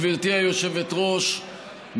גברתי היושבת-ראש,